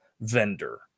vendor